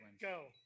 go